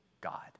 God